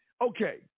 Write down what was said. Okay